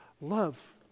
love